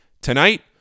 Tonight